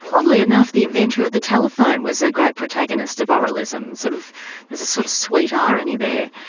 oddly enough the inventor of the telephone was a great protagonist of oralism. sort of there's a sort of sweet irony there.